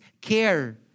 care